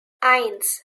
eins